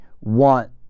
want